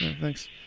Thanks